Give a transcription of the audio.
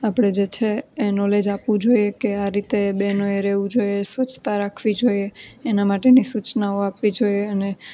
આપણે જે છે એ નોલેજ આપવું જોઈએ કે આ રીતે બહેનો એ રહેવું જોઈએ સ્વચ્છતા રાખવી જોઈએ એના માટેની સૂચનાઓ આપવી જોઈએ અને